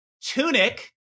Tunic